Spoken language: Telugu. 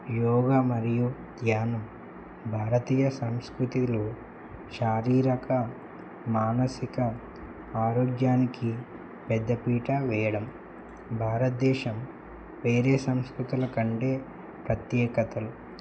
యోగ మరియు ధ్యానం భారతీయ సంస్కృతులు శారీరక మానసిక ఆరోగ్యానికి పెద్దపీట వేయడం భారతదేశం వేరే సంస్కృతుల కంటే ప్రత్యేకతలు